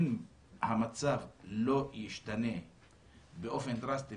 אם המצב לא ישתנה באופן דרסטי,